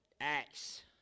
Acts